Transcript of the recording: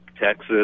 Texas